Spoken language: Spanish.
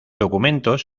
documentos